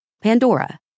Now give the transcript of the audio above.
Pandora